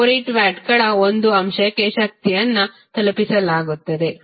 48 ವ್ಯಾಟ್ಗಳ ಒಂದು ಅಂಶಕ್ಕೆ ಶಕ್ತಿಯನ್ನು ತಲುಪಿಸಲಾಗುತ್ತದೆ